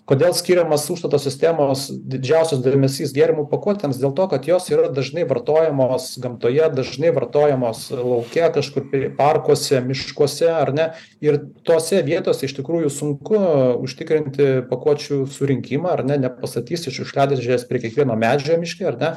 kodėl skiriamas užstato sistemos didžiausias dėmesys gėrimų pakuotėms dėl to kad jos yra dažnai vartojamos gamtoje dažnai vartojamos lauke kažkur tai parkuose miškuose ar ne ir tose vietose iš tikrųjų sunku užtikrinti pakuočių surinkimą ar ne nepastatysi šiukšliadėžės prie kiekvieno medžio miške ar ne